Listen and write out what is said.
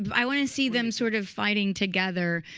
but i wanted to see them sort of fighting together,